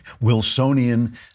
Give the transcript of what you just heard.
Wilsonian